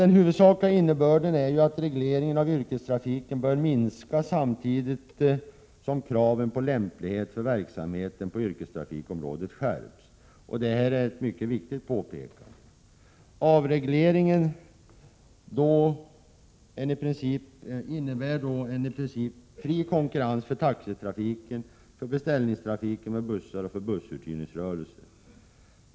Den huvudsakliga innebörden är att regleringen av yrkestrafiken bör minska samtidigt som kraven på lämplighet för verksamhet på yrkestrafikområdet skärps. Det är ett mycket viktigt påpekande. Avregleringen innebär i princip en fri konkurrens för taxitrafiken, för beställningstrafiken med bussar och för bussuthyrningsrörelsen.